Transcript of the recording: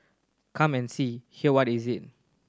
come and see hear what is it